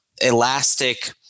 elastic